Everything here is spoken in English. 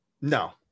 No